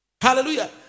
Hallelujah